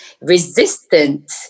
resistant